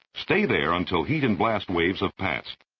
stay there until heat and blast waves have passed.